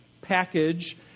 package